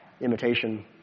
imitation